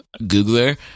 Googler